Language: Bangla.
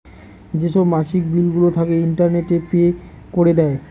যেসব মাসিক বিলগুলো থাকে, ইন্টারনেটে পে করে দেয়